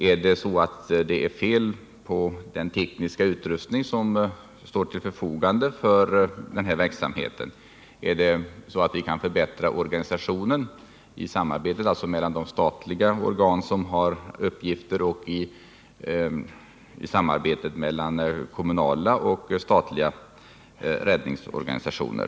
Är det något fel på den tekniska utrustning som står till förfogande för denna verksamhet? Kan vi förbättra organisationen när det gäller samarbetet mellan de statliga organ som har uppgifter på detta område eller när det gäller samarbetet mellan kommunala och statliga räddningsorganisationer?